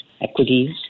equities